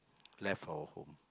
left our home